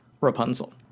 Rapunzel